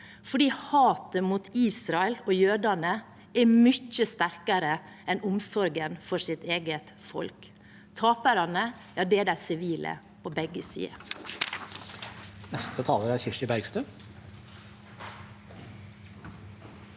fordi hatet mot Israel og jødene er mye sterkere enn omsorgen for deres eget folk. Taperne er de sivile på begge sider.